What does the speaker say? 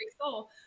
soul